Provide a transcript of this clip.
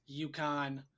uconn